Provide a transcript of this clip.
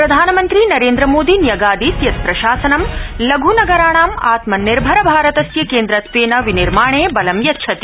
प्रधानमंत्री नरेंद्र मोदी न्यगादीत् यत् प्रशासनं लघुनगराणां आत्मनिर्भर भारतस्य क्वित्वर्तविनिर्माण बलं यच्छति